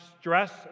stress